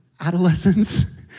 adolescence